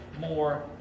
more